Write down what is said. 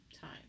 time